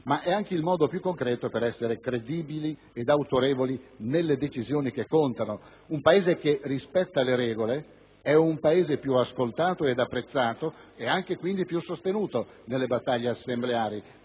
ma è anche il modo più concreto per essere credibili ed autorevoli nelle decisioni che contano. Un Paese che rispetta le regole è un Paese più ascoltato ed apprezzato, nonché più sostenuto nelle battaglie assembleari,